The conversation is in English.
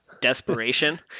Desperation